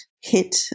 hit